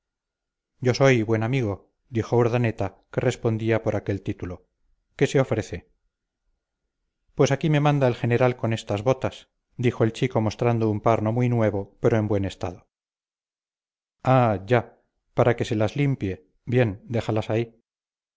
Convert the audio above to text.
yo soy buen amigo dijo urdaneta que respondía por aquel título qué se ofrece pues aquí me manda el general con estas botas dijo el chico mostrando un par no muy nuevo pero en buen estado ah ya para que se las limpie bien déjalas ahí